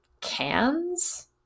cans